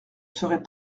serez